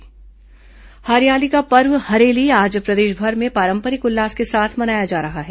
हरेली हरियाली का पर्व हरेली आज प्रदेशभर में पारंपरिक उल्लास के साथ मनाया जा रहा है